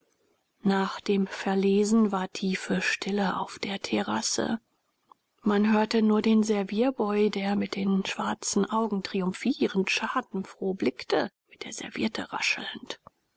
nach dem verlesen war tiefe stille auf der terrasse man hörte nur den servierboy der mit den schwarzen augen triumphierend schadenfroh blickte mit der serviette rascheln